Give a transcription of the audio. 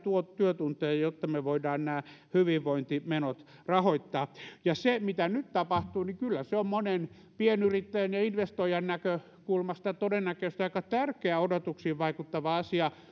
työtunteja jotta me voimme hyvinvointimenot rahoittaa se mitä nyt tapahtuu kyllä on monen pienyrittäjän ja investoijan näkökulmasta todennäköisesti aika tärkeä odotuksiin vaikuttava asia